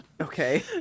Okay